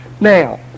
Now